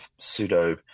pseudo